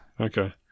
Okay